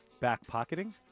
backpocketing